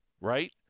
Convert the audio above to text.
Right